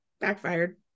backfired